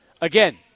again